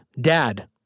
dad